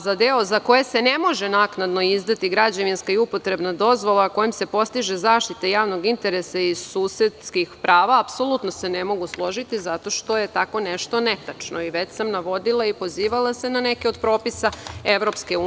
Za deo za koji se ne može naknadno izdati građevinska i upotrebna dozvola, a kojim se postiže zaštita javnog interesa i susedskih prava, apsolutno se ne mogu složiti zato što je tako nešto netačno i već sam navodili i pozivala se na neke od propisa EU.